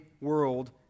world